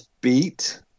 beat